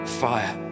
fire